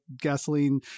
gasoline